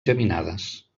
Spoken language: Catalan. geminades